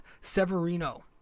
Severino